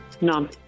None